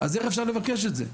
אז איך אפשר לבקש את זה?